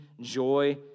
joy